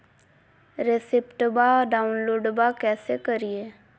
रेसिप्टबा डाउनलोडबा कैसे करिए?